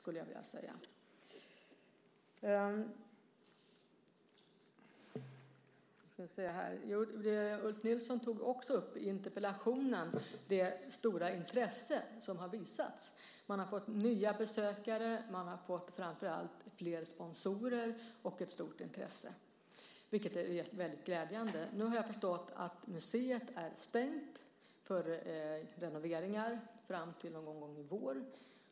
Ulf Nilsson tog i interpellationen också upp det stora intresse som har visats. Man har fått nya besökare, man har fått flera sponsorer och ett stort intresse, vilket är väldigt glädjande. Nu har jag förstått att museet är stängt för renoveringar fram till någon gång i vår.